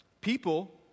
people